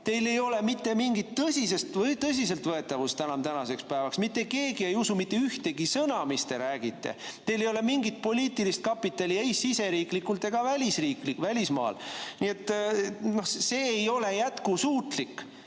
teil ei ole mitte mingit tõsiseltvõetavust tänasel päeval. Mitte keegi ei usu mitte ühtegi sõna, mis te räägite. Teil ei ole mingit poliitilist kapitali ei siseriiklikult ega välismaal. Nii et see ei ole jätkusuutlik.